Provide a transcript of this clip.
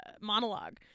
monologue